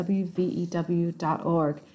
wvew.org